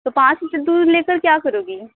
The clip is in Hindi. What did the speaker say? तो पाँच लीटर दूध लेकर क्या करोगी